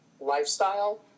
lifestyle